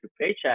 paycheck